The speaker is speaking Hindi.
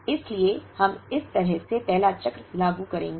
इसलिए हम इस तरह से पहला चक्र लागू करेंगे